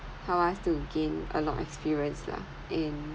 help us to gain a lot of experience lah and